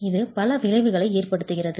இது பல விளைவுகளை ஏற்படுத்துகிறது